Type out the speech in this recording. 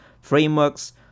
frameworks